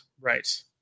Right